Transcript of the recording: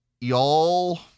Y'all